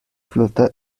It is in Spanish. flota